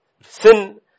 sin